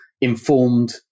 informed